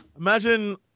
Imagine